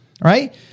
Right